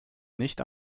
nicht